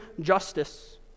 justice